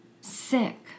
sick